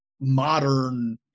modern